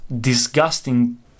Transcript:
disgusting